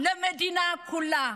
למדינה כולה.